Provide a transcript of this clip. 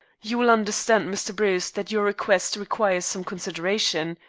you will understand, mr. bruce, that your request requires some consideration.